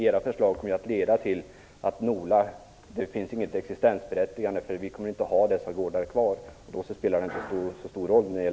Era förslag kommer att leda till att det inte finns något existensberättigande för NOLA - vi kommer inte att ha dessa gårdar kvar, och då spelar NOLA inte så stor roll.